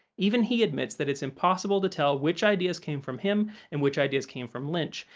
even he admits that it's impossible to tell which ideas came from him and which ideas came from lynch,